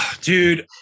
dude